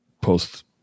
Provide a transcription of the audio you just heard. Post